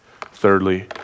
Thirdly